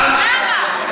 למה?